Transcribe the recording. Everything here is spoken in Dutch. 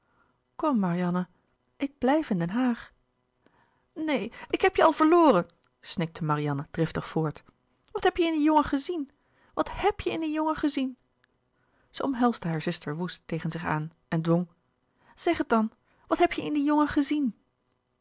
ik blijf in den haag neen ik heb je al verloren snikte marianne driftig voort wat heb je in dien jongen gezien wat heb je in dien jongen gezien zij omhelsde hare zuster woest tegen zich aan en dwong zeg het dan wat heb je in dien jongen gezien